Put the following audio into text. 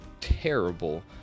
terrible